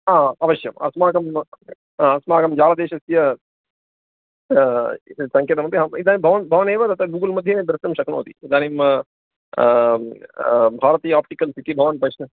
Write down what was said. ह अवश्यम् अस्माकं अस्माकं जालदेशस्य सङ्केतमपि अहम् इदानीं भवान् भवानेव तत्र गूगल् मध्ये द्रष्टुं शक्नोति इदानीं भारतीय आप्टिकल् सि इति भवान् पश्यतु